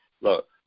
Look